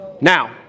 Now